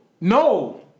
No